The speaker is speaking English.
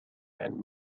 and